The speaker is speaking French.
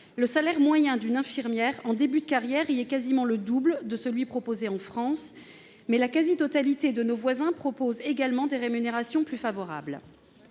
le salaire moyen d'une infirmière en début de carrière est quasiment le double de ce qu'il est en France. La quasi-totalité de nos voisins proposent également des rémunérations plus élevées.